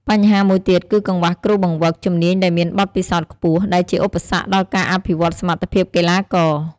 បញ្ហាមួយទៀតគឺកង្វះគ្រូបង្វឹកជំនាញដែលមានបទពិសោធន៍ខ្ពស់ ដែលជាឧបសគ្គដល់ការអភិវឌ្ឍសមត្ថភាពកីឡាករ។